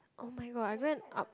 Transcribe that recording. oh-my-god I went up